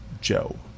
joe